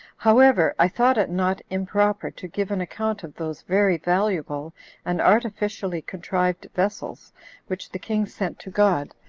however, i thought it not improper to give an account of those very valuable and artificially contrived vessels which the king sent to god,